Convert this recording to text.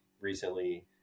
recently